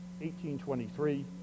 1823